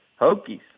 Hokies